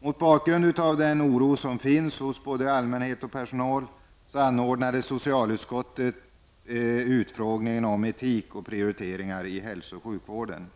Mot bakgrund av denna oro som finns hos både allmänhet och personal inom vården anordnad de socialutskottet en utfrågning om etik och prioriteringar i hälso och sjukvården.